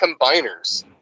combiners